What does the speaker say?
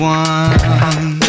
one